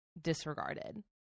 disregarded